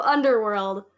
Underworld